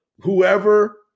whoever